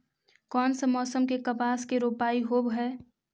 कोन सा मोसम मे कपास के रोपाई होबहय?